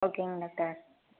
ஓகேங்க டாக்டர்